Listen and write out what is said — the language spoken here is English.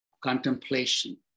Contemplation